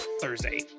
Thursday